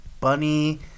bunny